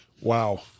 wow